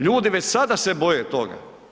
Ljudi već sada se boje toga.